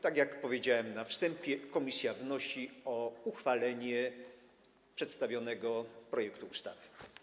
Tak jak powiedziałem na wstępie, komisja wnosi o uchwalenie przedstawionego projektu ustawy.